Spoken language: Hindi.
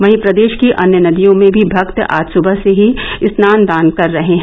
वहीं प्रदेश की अन्य नदियों में भी भक्त आज सुबह से ही स्नान दान कर रहे हैं